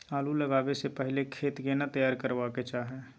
आलू लगाबै स पहिले खेत केना तैयार करबा के चाहय?